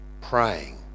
praying